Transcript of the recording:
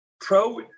pro